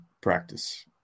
practice